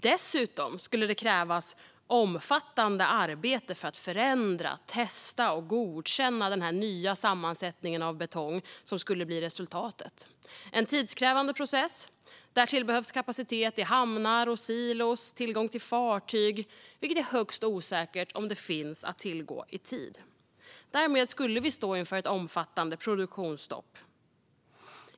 Dessutom skulle det krävas ett omfattande arbete för att förändra, testa och godkänna den nya sammansättning av betong som blir resultatet. Det är en tidskrävande process. Därtill behövs kapacitet i hamnar och silor samt tillgång till fartyg. Det är högst osäkert om detta finns att tillgå i tid. Därmed skulle vi stå inför ett omfattande produktionsstopp.